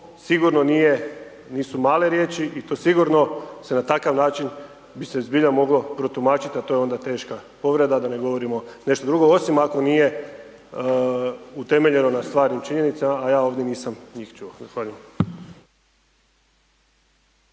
sigurno nisu male riječi i to sigurno bi se na takav način bi se zbilja moglo protumačiti, a to je onda teška povreda, da ne govorimo nešto drugo, osim ako nije utemeljeno na stvarnim činjenicama, a ja ih ovdje nisam čuo. Hvala